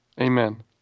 Amen